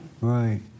Right